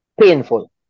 painful